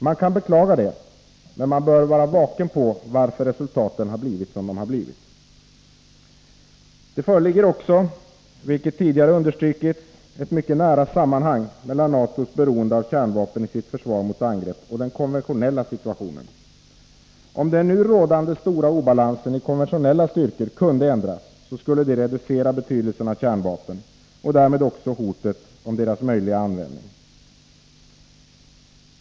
Man kan beklaga det, men man bör vara medveten om varför resultatet har blivit som det har blivit. Det föreligger också — vilket tidigare understrukits — ett mycket nära samband mellan NATO:s beroende av kärnvapen i sitt försvar mot angrepp och den konventionella situationen. Om den nu rådande stora obalansen i konventionella styrkor kunde ändras, skulle detta reducera betydelsen av kärnvapen och därmed också hotet om deras möjliga användning.